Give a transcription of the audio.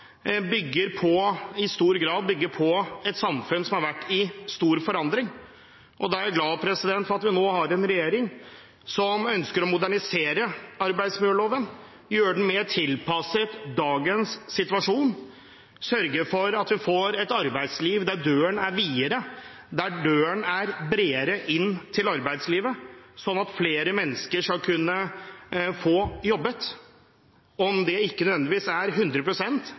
bygger på et samfunn som har vært i stor forandring. Jeg er glad for at vi nå har en regjering som ønsker å modernisere arbeidsmiljøloven – gjøre den mer tilpasset dagens situasjon og sørge for at døren inn til arbeidslivet er videre og bredere, slik at flere mennesker skal kunne jobbe. Om det ikke nødvendigvis er